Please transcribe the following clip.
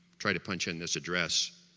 try to punch in this address